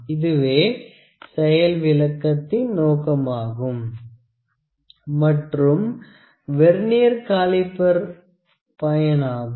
இதுவே செயல் விளக்கத்தின் நோக்கமாகும் மற்றும் வெர்னியர் காலிப்பர் பயனாகும்